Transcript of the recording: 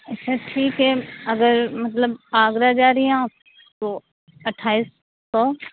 اچھا ٹھیک ہے اگر مطلب آگرہ جا رہی ہیں آپ تو اٹھائیس سو